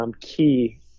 key